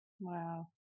Wow